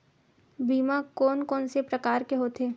बीमा कोन कोन से प्रकार के होथे?